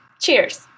Cheers